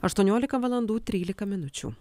aštuoniolika valandų trylika minučių